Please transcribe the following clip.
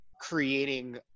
creating